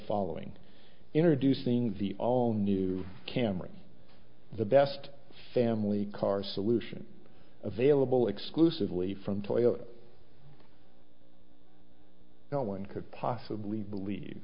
following introducing the all new camry the best family car solution available exclusively from toilets no one could possibly believe